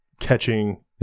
catching